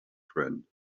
friend